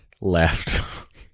Left